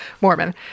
Mormon